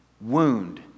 wound